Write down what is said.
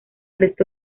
resto